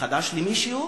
חדש למישהו?